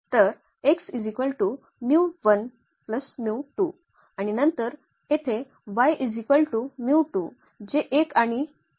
तर आणि नंतर येथे जे 1 आणि हे आहे